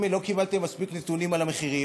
אם לא קיבלתם מספיק נתונים על המחירים,